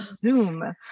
zoom